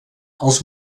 els